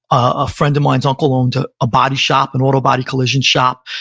a friend of mine's uncle owned a ah body shop, an auto body collision shop,